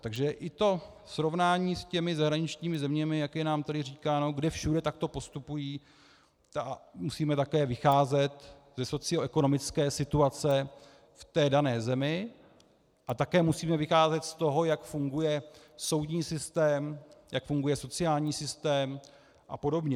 Takže i v tom srovnání s těmi zahraničními zeměmi, jak je nám tady říkáno, kde všude takto postupují, musíme také vycházet ze socioekonomické situace v té dané zemi a také musíme vycházet z toho, jak funguje soudní systém, jak funguje sociální systém apod.